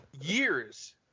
Years